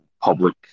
public